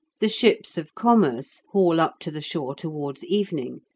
the ships of commerce haul up to the shore towards evening,